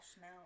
now